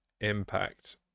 impact